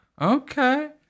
okay